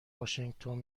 واشینگتن